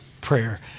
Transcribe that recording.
prayer